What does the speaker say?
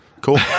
cool